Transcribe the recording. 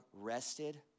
rested